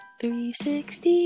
360